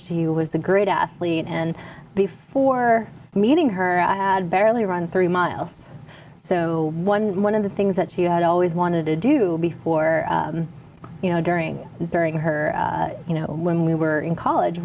she was the great athlete and before meeting her i had barely run three miles so one one of the things that she had always wanted to do before you know during during her you know when we were in college